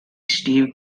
steve